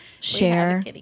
share